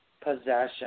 possession